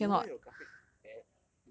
ya you know why your graphics bad